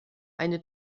eine